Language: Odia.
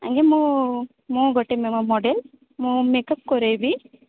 ଆଜ୍ଞା ମୁଁ ମୁଁ ଗୋଟେ ମଡେଲ୍ ମୁଁ ମେକ୍ଅପ୍ କରେଇବି